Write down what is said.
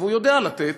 והוא יודע לתת,